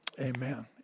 Amen